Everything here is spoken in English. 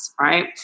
right